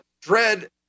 Dread